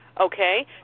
Okay